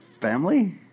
family